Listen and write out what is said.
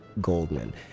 goldman